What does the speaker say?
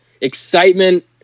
excitement